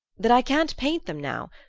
that i can't paint them now.